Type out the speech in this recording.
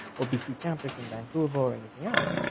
or bc campus in vancouver or anything else.